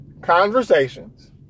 conversations